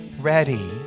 ready